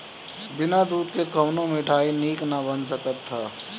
बिना दूध के कवनो मिठाई निक ना बन सकत हअ